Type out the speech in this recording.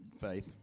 Faith